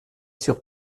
sur